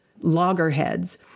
loggerheads